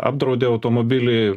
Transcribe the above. apdraudė automobilį